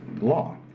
law